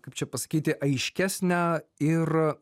kaip čia pasakyti aiškesnę ir